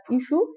issue